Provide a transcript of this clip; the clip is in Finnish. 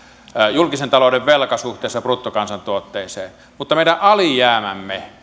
julkisen talouden velka suhteessa bruttokansantuotteeseen mutta meidän alijäämämme